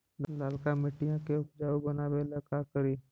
लालका मिट्टियां के उपजाऊ बनावे ला का करी?